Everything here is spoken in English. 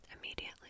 immediately